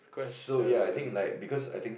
so ya I think like because I think